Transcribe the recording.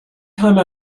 time